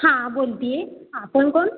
हां बोलते आहे आपण कोण